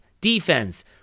defense